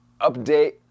update